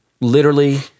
literally-